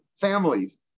families